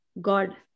God